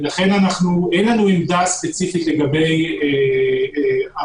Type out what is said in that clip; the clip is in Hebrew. לכן אין לנו עמדה ספציפית לגבי ארעים.